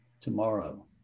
tomorrow